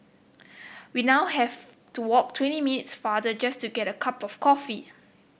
we now have to walk twenty minutes farther just to get a cup of coffee